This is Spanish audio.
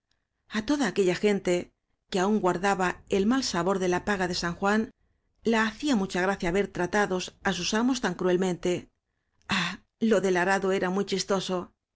concurrencia a toda aquella gente que aún guardaba el mal sabor de la paga de san juan la hacía mucha gracia ver tratados á sus amos tan cruelmente ah lo del arado era muy chistoso